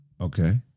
Okay